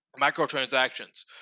microtransactions